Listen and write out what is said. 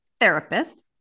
therapist